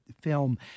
film